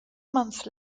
month